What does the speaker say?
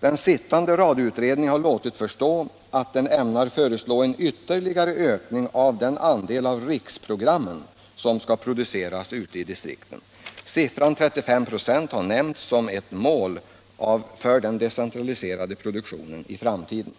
Den sittande radioutredningen har låtit förstå att den ämnar föreslå en ytterligare ökning av den andel av riksprogrammen som skall produceras ute i distrikten. Siffran 35 96 har nämnts som ett mål för den decentraliserade produktionen i framtiden.